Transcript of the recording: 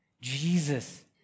Jesus